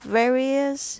various